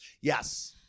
Yes